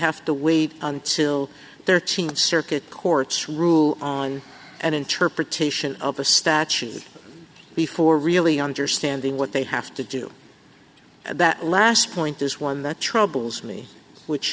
have to wait until thirteenth circuit courts rule on an interpretation of a statute before really understanding what they have to do that last point is one that troubles me which